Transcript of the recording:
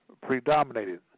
predominated